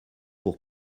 pour